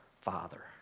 father